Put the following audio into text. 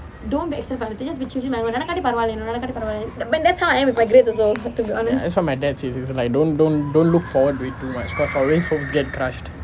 that's what my dad days he is like don't don't don't look forward way too much because awlays hope gets crushed